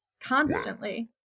constantly